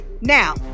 now